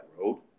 road